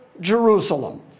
Jerusalem